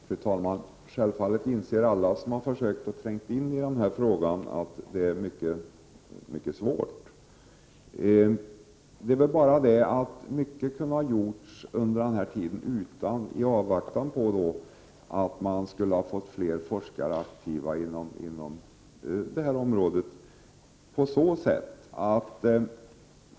Fru talman! Självfallet inser alla som har försökt tränga in i den här frågan att det är svårt. Det är bara det att mycket kunde ha gjorts under tiden, utan att avvakta att man skulle få fler forskare aktiva inom det här området.